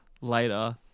later